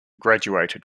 graduated